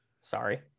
Sorry